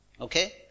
Okay